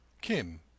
Kim